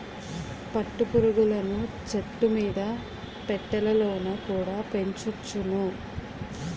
పట్టు పురుగులను చెట్టుమీద పెట్టెలలోన కుడా పెంచొచ్చును